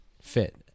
fit